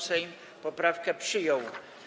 Sejm poprawkę przyjął.